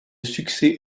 succès